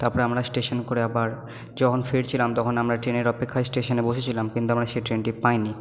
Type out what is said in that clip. তারপর আমরা স্টেশানে করে আবার যখন ফিরছিলাম তখন আমরা ট্রেনের অপেক্ষায় স্টেশানে বসেছিলাম কিন্তু আমরা সে ট্রেনটি পাইনি